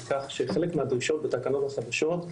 על כך שבחלק מהדרישות בתקנות החדשות,